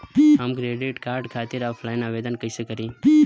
हम credit card खातिर offline आवेदन कइसे करि?